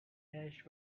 ash